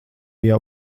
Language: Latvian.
jau